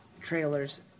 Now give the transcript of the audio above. trailers